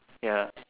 ya